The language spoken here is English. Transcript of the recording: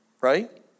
right